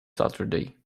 saturday